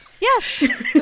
Yes